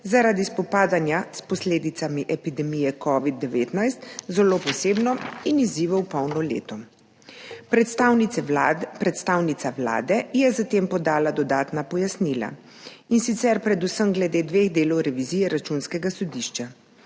zaradi spopadanja s posledicami epidemije covida-19 zelo posebno in izzivov polno leto. Predstavnica Vlade je za tem podala dodatna pojasnila, in sicer predvsem glede dveh delov revizije Računskega sodišča,